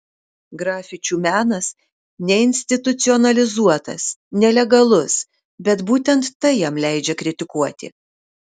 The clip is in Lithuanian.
grafičių menas neinstitucionalizuotas nelegalus bet būtent tai jam leidžia kritikuoti